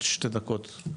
הישיבה ננעלה בשעה 10:02.